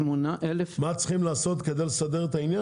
מה צריכים לעשות כדי לסדר את העניין?